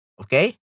okay